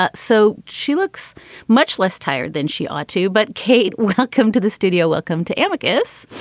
ah so she looks much less tired than she ought to. but, kate, welcome to the studio. welcome to ambigous.